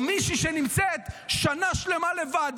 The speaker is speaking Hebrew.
או מישהי שנמצאת שנה שלמה לבד,